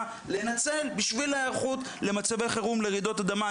לנצל בשביל ההיערכות למצבי חירום לרעידות אדמה.